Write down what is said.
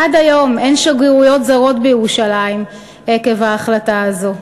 עד היום אין שגרירויות זרות בירושלים עקב ההחלטה הזאת,